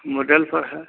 model पर है